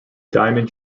diamond